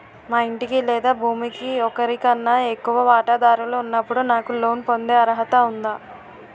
మా ఇంటికి లేదా భూమికి ఒకరికన్నా ఎక్కువ వాటాదారులు ఉన్నప్పుడు నాకు లోన్ పొందే అర్హత ఉందా?